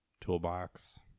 toolbox